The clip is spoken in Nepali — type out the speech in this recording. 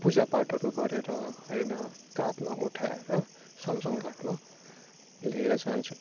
पूजापाठहरू गरेर होइन काँधमा उठाएर सम्सान घाटमा लिएर जान्छौँ